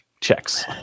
checks